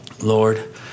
Lord